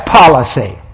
policy